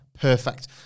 perfect